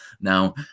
Now